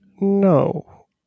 No